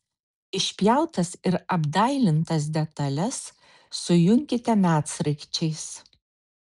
išpjautas ir apdailintas detales sujunkite medsraigčiais